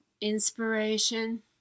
inspiration